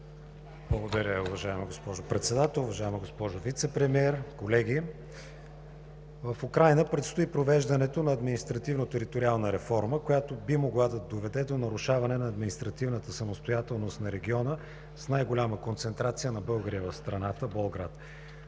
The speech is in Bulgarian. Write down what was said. Благодаря, уважаема госпожо Председател. Уважаема госпожо Вицепремиер, колеги! В Украйна предстои провеждането на административно-териториална реформа, която би могла да доведе до нарушаване на административната самостоятелност на региона с най-голяма концентрация на българи в страната – Болград.